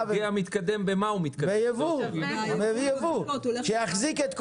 ומה המידע שהוא יחזיק?